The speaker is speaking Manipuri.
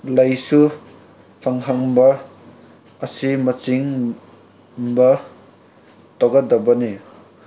ꯂꯥꯏꯁꯨ ꯐꯪꯍꯟꯕ ꯑꯁꯤ ꯃꯁꯤꯒꯨꯝꯕ ꯇꯧꯒꯗꯕꯅꯤ